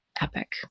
epic